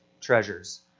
treasures